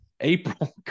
April